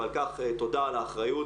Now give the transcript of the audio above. ועל כך תודה על האחריות